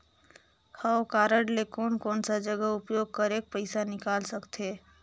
हव कारड ले कोन कोन सा जगह उपयोग करेके पइसा निकाल सकथे?